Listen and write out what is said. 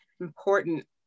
important